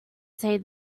say